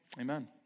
amen